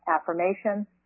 affirmation